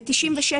ב-1996,